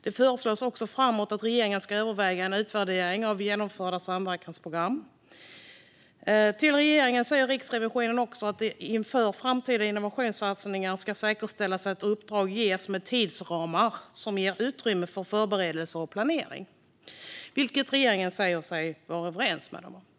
Det föreslås att regeringen ska överväga en utvärdering av genomförda samverkansprogram. Till regeringen säger Riksrevisionen också att det inför framtida innovationssatsningar ska säkerställas att uppdrag ges med tidsramar som ger utrymme för förberedelser och planering. Detta säger sig regeringen vara överens med Riksrevisionen om.